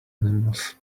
animals